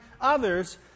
others